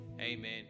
Amen